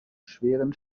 schweren